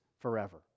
forever